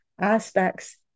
aspects